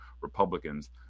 republicans